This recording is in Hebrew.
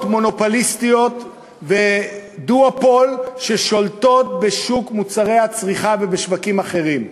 מונופוליסטיות בדואופול ששולטות בשוק מוצרי הצריכה ובשווקים אחרים.